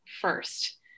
first